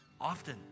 often